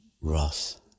wrath